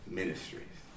ministries